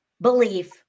belief